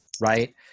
right